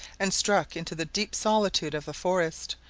and struck into the deep solitude of the forest,